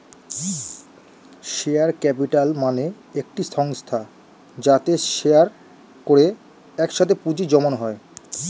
share capital মানে একটি সংস্থা যাতে শেয়ার করে একসাথে পুঁজি জমানো হয়